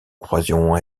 croyons